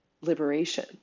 liberation